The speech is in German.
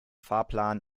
fahrplan